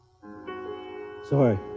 Sorry